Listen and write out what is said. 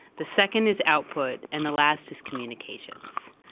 the second is output, and the last is communications.